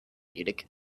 munich